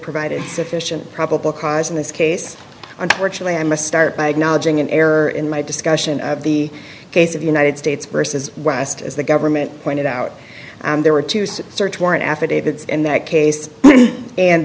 provided sufficient probable cause in this case unfortunately i must start by acknowledging an error in my discussion of the case of united states versus west as the government pointed out there were two suits search warrant affidavits in that case and